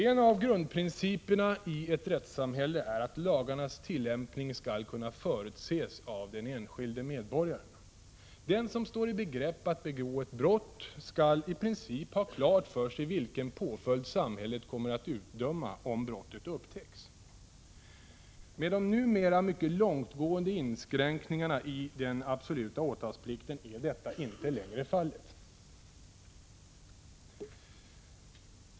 En av grundprinciperna i ett rättssamhälle är att lagarnas tillämpning skall kunna förutses av den enskilde medborgaren. Den som står i begrepp att begå ett brott skall i princip ha klart för sig vilken påföljd samhället kommer att utdöma om brottet upptäcks. Med de numera mycket långtgående inskränkningarna i den absoluta åtalsplikten är detta inte längre fallet.